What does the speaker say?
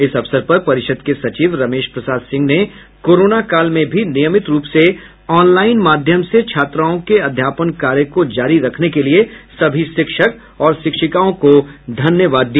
इस अवसर पर परिषद् के सचिव रमेश प्रसाद सिंह ने कोरोना काल में भी नियमित रूप से ऑनलाईन माध्यम से छात्राओं का अध्यापन कार्य जारी रखने के लिये सभी शिक्षक और शिक्षिकाओं को धन्यवाद दिया